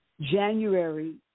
January